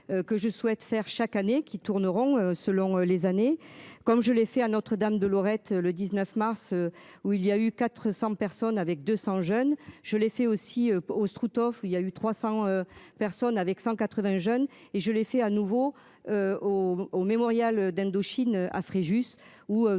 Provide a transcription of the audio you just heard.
Que je souhaite faire chaque année qui tourneront selon les années. Comme je l'ai fait à notre dame de Lorette, le 19 mars où il y a eu 400 personnes avec 200 jeunes je l'ai fait aussi au Struthof. Il y a eu 300 personnes avec 180 jeunes et je l'ai fait à nouveau. Au mémorial d'Indochine à Fréjus